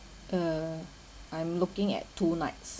uh I'm looking at two nights